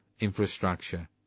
infrastructure